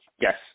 Yes